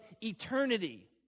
eternity